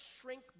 shrink